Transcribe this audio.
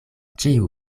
ĉiu